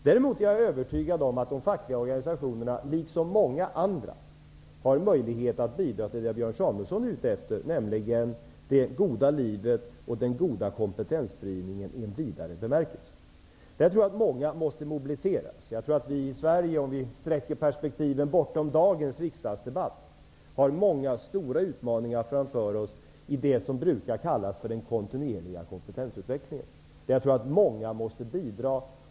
Däremot är jag övertygad om att de fackliga organisationerna, liksom många andra, har möjlighet att bidra till det Björn Samuelson är ute efter, nämligen det goda livet och den goda kompetensspridningen i en vidare bemärkelse. Där tror jag att många måste mobiliseras. Jag tror att vi i Sverige -- om vi sträcker perspektiven bortom dagens riksdagsdebatt -- har många stora utmaningar framför oss i det som brukar kallas för den kontinuerliga kompetensutvecklingen. Där tror jag att många måste bidra.